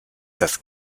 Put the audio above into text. das